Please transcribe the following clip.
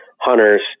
hunters